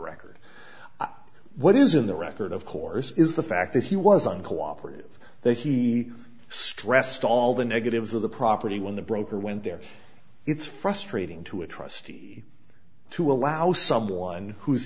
record what is in the record of course is the fact that he was uncooperative that he stressed all the negatives of the property when the broker went there it's frustrating to a trustee to allow someone who's